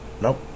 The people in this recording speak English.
nope